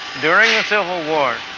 during the civil war,